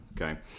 Okay